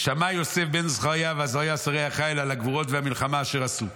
שמע יוסף בן זכריה ועזריה שרי החיל על הגבורות והמלחמה אשר עשו,